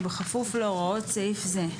ובכפוף להוראות סעיף זה.